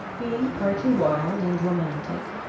being partly wild and romantic,